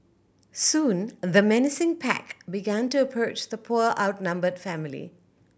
soon the menacing pack began to approach the poor outnumbered family